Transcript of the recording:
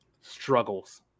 struggles